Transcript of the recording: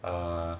err